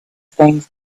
things